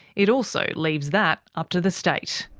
it also leaves that up to the state.